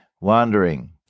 Wandering